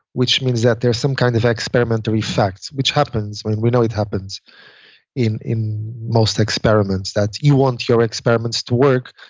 which means that there is some kind of experiment or effect, which happens. we know it happens in in most experiments that you want your experiments to work,